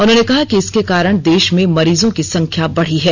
उन्होंने कहा कि इसके कारण देश में मरीजों की संख्या बेढ़ी है